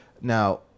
Now